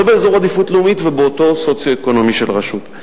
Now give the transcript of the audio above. לא באזור עדיפות לאומית ובאותו מעמד סוציו-אקונומי של רשות.